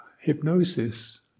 hypnosis